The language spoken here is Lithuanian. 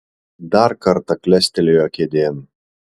dar kartą klestelėjo kėdėn